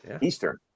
Eastern